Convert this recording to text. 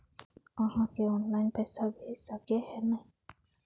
आहाँ के ऑनलाइन पैसा भेज सके है नय?